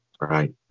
right